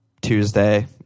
Tuesday